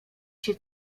się